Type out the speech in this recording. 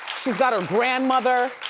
she's got her grandmother.